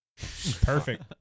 Perfect